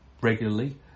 regularly